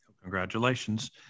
Congratulations